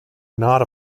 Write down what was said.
not